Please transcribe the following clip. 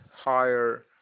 higher